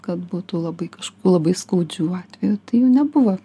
kad būtų labai kažko labai skaudžių atvejų tai jų nebuvo